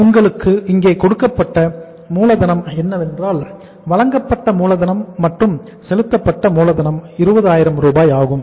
எனவே உங்களுக்கு இங்கே கொடுக்கப்பட்ட மூலதனம் என்னவென்றால் வழங்கப்பட்ட மூலதனம் மற்றும் செலுத்தப்பட்ட மூலதனம் 20000 ரூபாய் ஆகும்